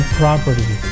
property